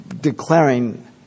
declaring